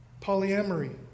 polyamory